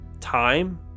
time